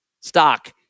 stock